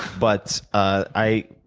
but i,